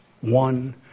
one